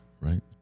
right